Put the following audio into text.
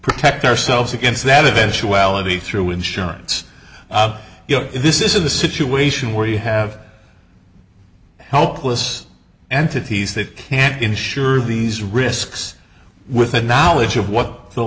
protect ourselves against that eventuality through insurance you know this is a situation where you have helpless and tities that can't insure these risks with the knowledge of what the